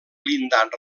blindat